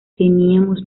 teníamos